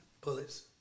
Bullets